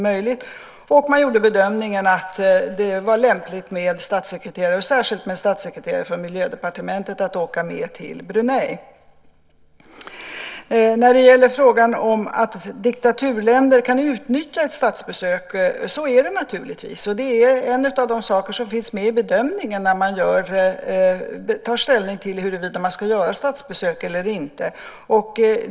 Man gjorde bedömningen att det var lämpligt att en statssekreterare, och särskilt en statssekreterare från Miljödepartementet, åkte med till Brunei. Det är naturligtvis så att diktaturländer kan utnyttja ett statsbesök. Det är en av de saker som finns med i bedömningen när man tar ställning till huruvida man ska göra statsbesök eller inte.